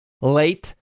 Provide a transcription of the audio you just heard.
late